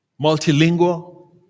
Multilingual